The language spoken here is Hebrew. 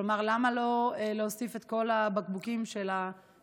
כלומר, למה לא להוסיף את כל הבקבוקים של השמפו,